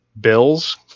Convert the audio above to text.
bills